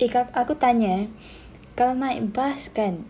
eh kak aku tanya eh kalau naik bus kan